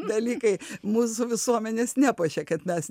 dalykai mūsų visuomenės nepuošia kad mes